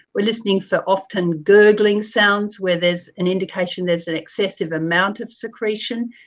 are listening for often gurgling sounds where there is an indication there is an excessive amount of secretion.